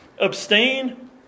Abstain